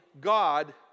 God